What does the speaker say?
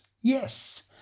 yes